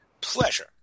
pleasure